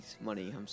Money